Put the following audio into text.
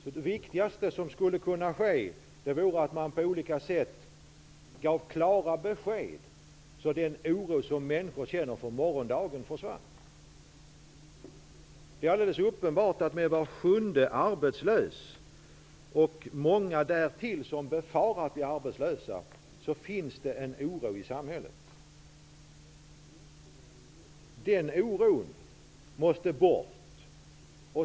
Det viktigaste som skulle kunna ske är att man på olika sätt gav klara besked, så att den oro som människor känner för morgondagen försvann. När var sjunde är arbetslös och det kan befaras att många därtill blir arbetslösa är det uppenbart att det finns en oro i samhället. Den oron måste bort.